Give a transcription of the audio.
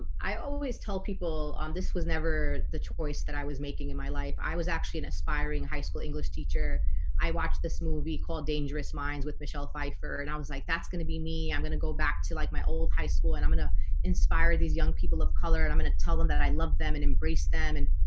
ah i always tell people on this was never the choice that i was making in my life i was actually an aspiring high school english teacher i watched this movie called dangerous minds with michelle pfeiffer and i was like that's gonna be me i'm gonna go back to like my old high school and i'm gonna inspire these young people of color and i'm gonna tell them that i love them and embrace them and